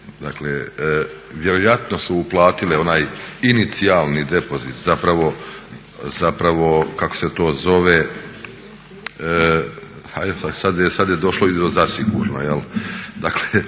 dakle vjerojatno su uplatile onaj inicijalni depozit, zapravo kako se to zove, ha sad je došlo i do zasigurno. Dakle,